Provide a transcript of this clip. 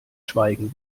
schweigen